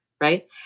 Right